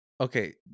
Okay